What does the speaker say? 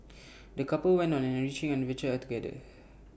the couple went on an enriching adventure together